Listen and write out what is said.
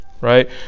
right